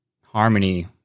harmony